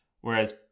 Whereas